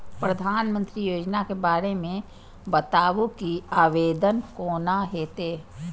प्रधानमंत्री योजना के बारे मे बताबु की आवेदन कोना हेतै?